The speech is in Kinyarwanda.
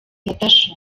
natacha